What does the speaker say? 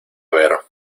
ver